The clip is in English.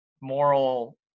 moral